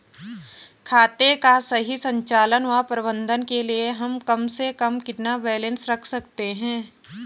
खाते का सही संचालन व प्रबंधन के लिए हम कम से कम कितना बैलेंस रख सकते हैं?